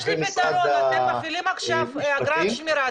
יש לי פתרון: אתם מפעילים עכשיו אגרת שמירה,